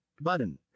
button